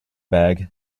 bag